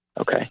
okay